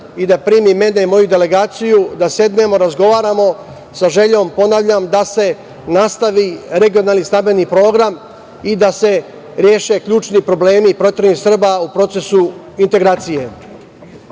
i da primi mene i moju delegaciju da sednemo, razgovaramo sa željom, ponavljam, da se nastavi regionalni stambeni program i da se reše ključni problemi proteranih Srba u procesu integracije. Ja